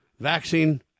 vaccine